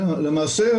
למעשה ,